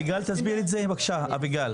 בבקשה, אביגיל.